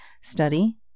Study